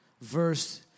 verse